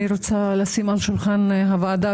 אני רוצה לשים על שולחן הוועדה,